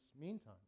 meantime